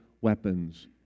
weapons